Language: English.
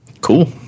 Cool